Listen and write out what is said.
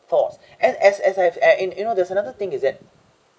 force and as as I've you you know there's another thing is that